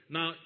Now